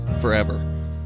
forever